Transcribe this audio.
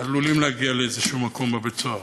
עלולים להגיע לאיזה שהוא מקום בבית-סוהר.